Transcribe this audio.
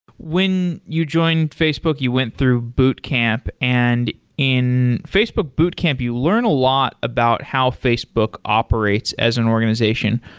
when you joined facebook, you went through boot camp. and in facebook boot camp, you learn a lot about how facebook operates as an organization.